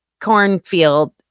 cornfield